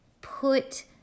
put